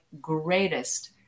greatest